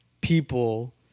people